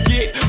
Get